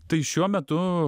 tai šiuo metu